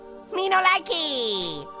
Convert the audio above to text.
me no likey.